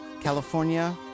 California